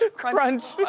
ah crunch.